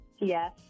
Yes